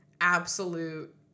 absolute